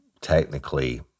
technically